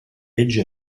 legge